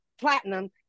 platinum